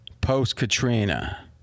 post-Katrina